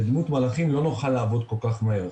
לא נוכל לעבוד כל כך מהר.